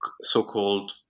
so-called